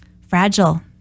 fragile